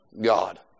God